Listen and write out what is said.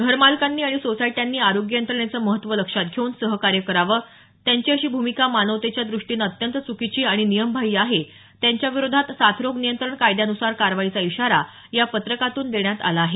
घरमालकांनी आणि सोसायट्यांनी आरोग्य यंत्रणेचं महत्व लक्षात घेऊन सहकार्य करावं त्यांची अशी भूमिका मानवतेच्या द्रष्टीनं अत्यंत चुकीची आणि नियमबाह्यही आहे त्यांच्याविरोधात साथरोग नियंत्रण कायद्यानुसार कारवाईचा इशारा या पत्रकातून देण्यात आला आहे